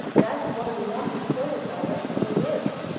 that's what we want to show the directory list!